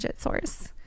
source